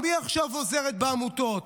גם היא עכשיו עוזרת בעמותות,